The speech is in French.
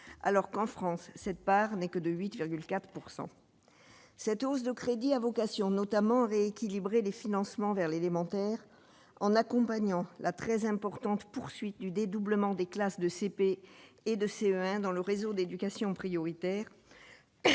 alors qu'en France, cette part n'est que de 8,4 pourcent cette hausse de crédit à vocation notamment rééquilibrer les financements vers l'élémentaire en accompagnant la très importante : poursuite du dédoublement des classes de CP et de CE1 dans le réseau d'éducation prioritaire,